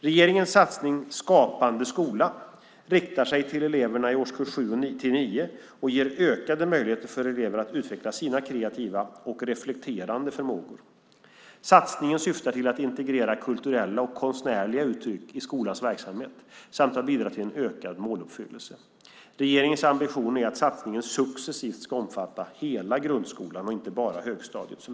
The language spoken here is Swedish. Regeringens satsning Skapande skola riktar sig till elever i årskurs 7-9 och ger ökade möjligheter för elever att utveckla sina kreativa och reflekterande förmågor. Satsningen syftar till att integrera kulturella och konstnärliga uttryck i skolans verksamhet samt att bidra till en ökad måluppfyllelse. Regeringens ambition är att satsningen successivt ska omfatta hela grundskolan och inte bara högstadiet.